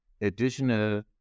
additional